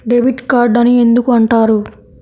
Debit card అని ఎందుకు అంటారు?